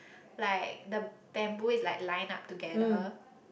like the bamboo is like line up together